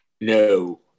No